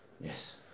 Yes